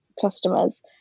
customers